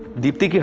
dipti,